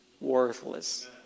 worthless